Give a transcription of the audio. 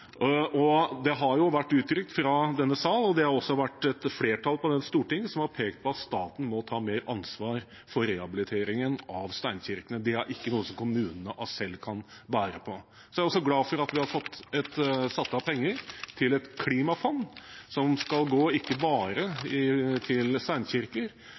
Det har vært uttrykt fra denne salen – et flertall i dette Stortinget har også pekt på dette – at staten må ta mer ansvar for rehabiliteringen av steinkirkene. Det er ikke noe som kommunene selv kan bære. Jeg er også glad for at vi har fått satt av penger til et klimafond, som ikke bare skal gå til steinkirker, men til